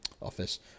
office